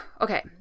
Okay